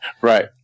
Right